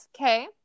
Okay